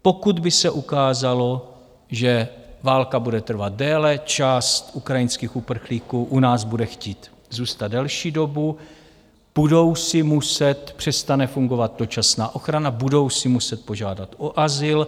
Pokud by se ukázalo, že válka bude trvat déle, část ukrajinských uprchlíků u nás bude chtít zůstat delší dobu, přestane fungovat dočasná ochrana, budou si muset požádat o azyl.